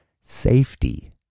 safety